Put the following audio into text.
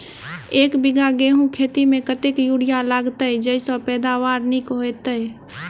एक बीघा गेंहूँ खेती मे कतेक यूरिया लागतै जयसँ पैदावार नीक हेतइ?